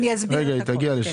אני אגיע לזה.